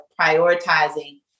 prioritizing